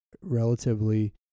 relatively